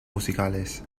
musicales